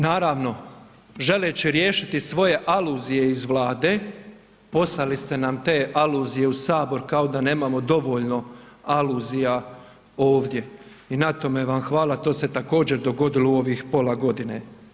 Naravno želeći riješiti svoje aluzije iz Vlade, poslali ste nam te aluzije u HS kao da nemamo dovoljno aluzija ovdje i na tome vam hvala, to se također dogodilo u ovih pola godine.